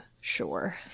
sure